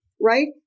right